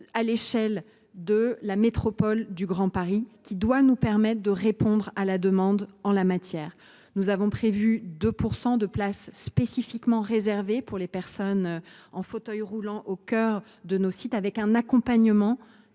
à l’échelle de la métropole du Grand Paris, ce qui doit nous permettre de répondre à la demande en la matière. Nous avons prévu que 2 % des places soient spécifiquement réservées aux personnes en fauteuil roulant au cœur de nos sites, avec des